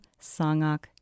Sangak